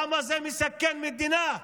למה זה מסכן מדינה?